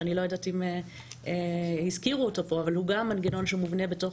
שאני לא יודעת אם הזכירו אותו פה אבל הוא גם מנגנון שמובנה בתוך